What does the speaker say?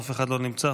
אף אחד לא נמצא,